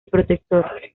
protector